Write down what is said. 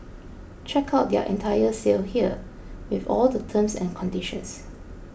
check out their entire sale here with all the terms and conditions